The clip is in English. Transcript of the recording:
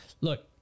Look